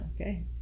Okay